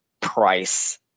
Price